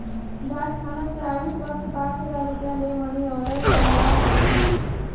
डाकखाना से आवित वक्त पाँच हजार रुपया ले मनी आर्डर बनवा लइहें